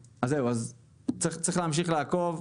צריך להמשיך לעקוב,